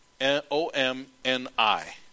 o-m-n-i